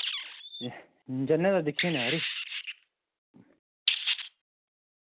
ज'न्ने ते दिक्खी ने खरी